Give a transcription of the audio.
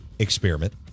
experiment